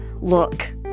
look